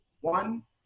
one